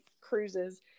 cruises